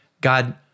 God